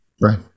right